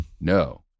No